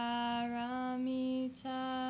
Paramita